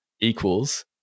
equals